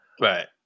Right